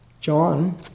John